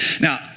Now